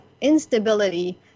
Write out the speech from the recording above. instability